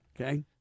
Okay